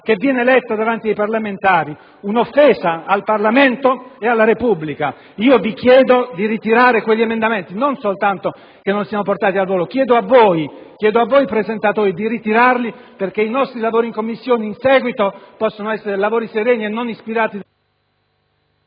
viene letta davanti ai parlamentari. È un'offesa al Parlamento e alla Repubblica. Io vi chiedo di ritirare quegli emendamenti, non soltanto che non siano portati al voto; chiedo a voi presentatori di ritirarli perché i nostri lavori in Commissione in seguito possano essere lavori sereni e non ispirati...